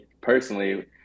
personally